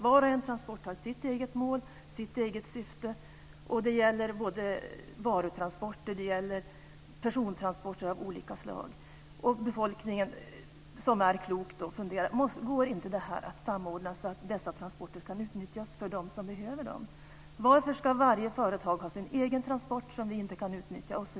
Varje transport har sitt eget mål och sitt eget syfte. Det gäller både för varutransporter och för persontransporter av olika slag. Kloka personer i befolkningen funderar över om inte detta går att samordna, så att dessa transporter kan utnyttjas också av andra som behöver dem. Varför ska varje företag ha sin egen transport, som de andra inte kan utnyttja?